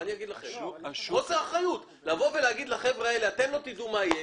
אני לא מוכן לבוא ולהגיד לחבר'ה האלה: אתם לא תדעו מה יהיה,